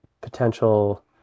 potential